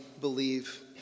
believe